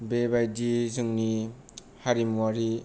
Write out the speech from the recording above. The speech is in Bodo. बेबायदि जोंनि हारिमुआरि